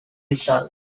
result